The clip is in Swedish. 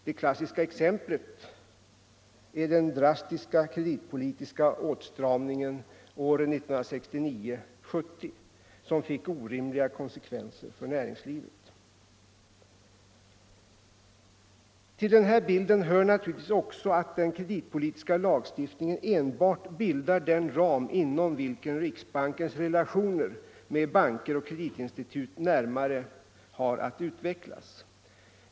Det klassiska exemplet är den drastiska kreditpolitiska åtstramningen 1969-1970 som fick orimliga konsekvenser för näringslivet. Till bilden hör naturligtvis också att den kreditpolitiska lagstiftningen enbart bildar den ram inom vilken riksbankens relationer med banker och kreditinstitut närmare har att utvecklas.